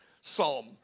psalm